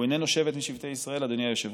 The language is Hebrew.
הוא איננו שבט משבטי ישראל, אדוני היושב-ראש,